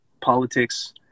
politics